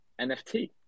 NFT